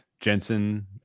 Jensen